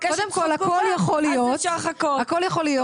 שאמרה חברתי נעמה זה אחד החוקים החשובים ביותר שהושג ביזע,